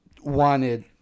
wanted